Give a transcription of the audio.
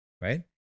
right